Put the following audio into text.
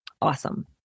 Awesome